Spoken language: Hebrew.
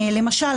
למשל,